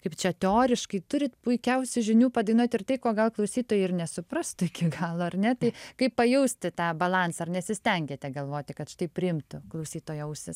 kaip čia teoriškai turit puikiausių žinių padainuot ir tai ko gal klausytojai ir nesuprastų iki galo ar ne tai kaip pajausti tą balansą ar nesistengiate galvoti kad štai priimtų klausytojo ausis